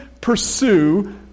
pursue